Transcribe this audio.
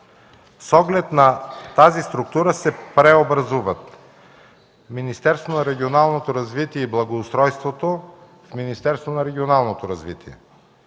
С оглед на тази структура се преобразуват: - Министерството на регионалното развитие и благоустройството – в Министерство на регионалното развитие;